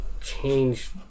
change